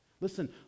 Listen